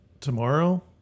tomorrow